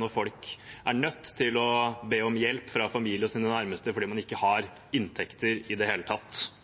når folk er nødt til å be om hjelp fra familie og sine nærmeste fordi man ikke har inntekter i det hele tatt.